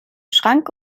schrank